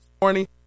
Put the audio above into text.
morning